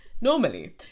normally